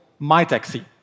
MyTaxi